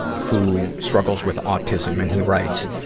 who struggles with autism. and he writes,